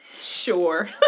sure